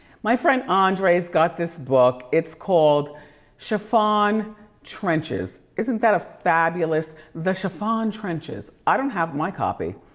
my friend andre's got this book, it's called chiffon trenches, isn't that a fabulous. the chiffon trenches, i don't have my copy.